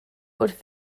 wrth